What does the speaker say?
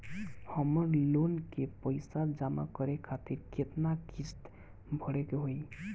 हमर लोन के पइसा जमा करे खातिर केतना किस्त भरे के होई?